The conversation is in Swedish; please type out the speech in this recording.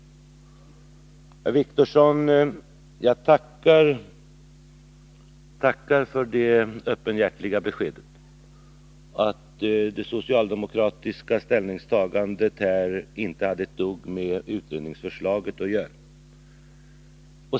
Jag tackar Åke Wictorsson för det öppenhjärtiga beskedet att det socialdemokratiska ställningstagandet här inte har ett dugg med utredningsförslaget att göra.